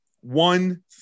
one